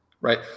Right